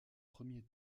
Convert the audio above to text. premier